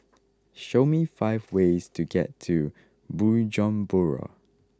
show me five ways to get to Bujumbura